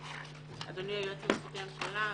אדוני היועץ המשפטי לממשלה,